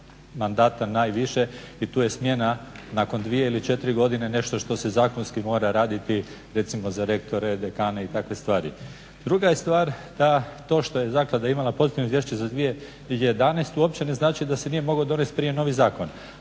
mandata najviše i tu je smjena nakon dvije ili četiri godine nešto što se zakonski mora raditi recimo za rektore, dekane i takve stvari. Druga je stvar da to što je zaklada imala pozitivno Izvješće za 2011. uopće ne znači da se nije mogao donijeti prije novi zakon.